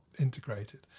integrated